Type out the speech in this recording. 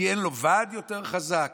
כי אין לו ועד יותר חזק?